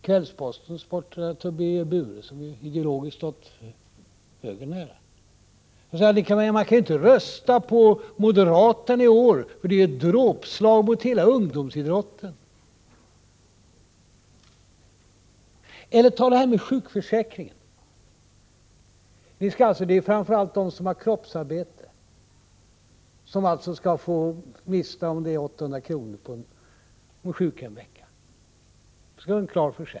Kvällspostens sportredaktör Birger Buhre, som ideologiskt stått högern nära, säger: Man kan inte rösta på moderaterna i år, för de vill rikta ett dråpslag mot hela ungdomsidrotten! Eller ta sjukförsäkringen. Det är framför allt de som har kroppsarbete som skall mista någonting på 800 kr., om de är sjuka en vecka.